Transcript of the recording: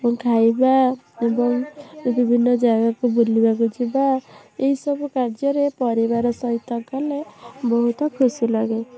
ଏବଂ ଖାଇବା ଏବଂ ବିଭିନ୍ନ ଜାଗାକୁ ବୁଲିବାକୁ ଯିବା ଏହିସବୁ କାର୍ଯ୍ୟରେ ପରିବାର ସହିତ ଗଲେ ବହୁତ ଖୁସିଲାଗେ